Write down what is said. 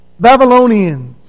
Babylonians